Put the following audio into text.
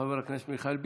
חבר הכנסת מיכאל ביטון,